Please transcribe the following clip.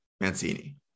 mancini